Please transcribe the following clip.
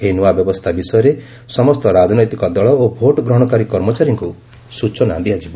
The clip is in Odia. ଏହି ନୂଆ ବ୍ୟବସ୍ଥା ବିଷୟରେ ସମସ୍ତ ରାଜନୈତିକ ଦକ ଓ ଭୋଟ୍ଗ୍ରହଣକାରୀ କର୍ମଚାରୀଙ୍କୁ ସୂଚନା ଦିଆଯିବ